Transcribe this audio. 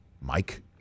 Mike